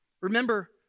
Remember